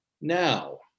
now